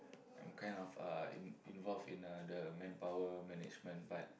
I'm kind of uh in involved in uh the manpower management part